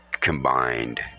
combined